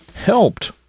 helped